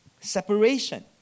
Separation